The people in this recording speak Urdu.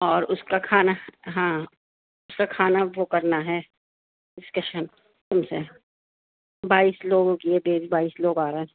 اور اس کا کھانا ہا ہاں اس کا کھانا وہ کرنا ہے ڈسکشن تم سے بائیس لوگوں کی ہے بیس بائیس لوگ آ رہے ہیں